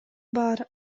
бар